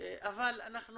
אבל אנחנו